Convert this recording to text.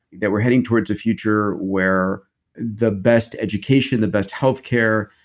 that we're heading towards a future where the best education, the best healthcare,